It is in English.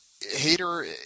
Hater